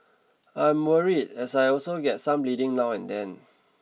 I am worried as I also get some bleeding now and then